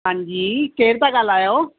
हां जी केरु था ॻाल्हायो